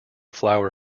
flour